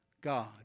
God